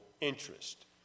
interest